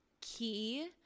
key